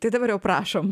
tai dabar prašom